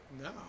No